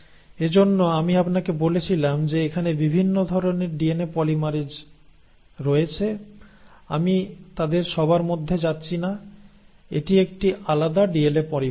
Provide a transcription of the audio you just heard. এজন্য আমি আপনাকে বলেছিলাম যে এখানে বিভিন্ন ধরণের ডিএনএ পলিমেরেস রয়েছে আমি তাদের সবার মধ্যে যাচ্ছি না এটি একটি আলাদা ডিএনএ পলিমেরেজ